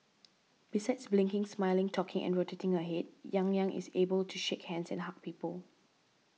besides blinking smiling talking and rotating her head Yang Yang is able to shake hands and hug people